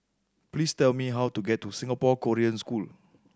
please tell me how to get to Singapore Korean School